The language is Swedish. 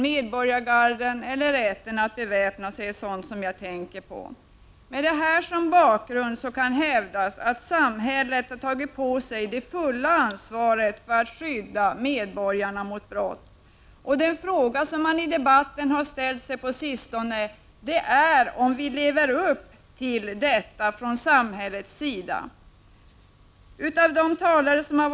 Medborgargarden och rätten att beväpna sig är sådant som jag därvid tänker på. Mot bakgrund härav kan hävdas att samhället har tagit på sig det fulla ansvaret för att skydda medborgarna mot brott. En fråga som har ställts i debatten på sistone är om vi från samhällets sida lever upp till detta ansvar.